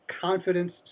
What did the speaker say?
confidence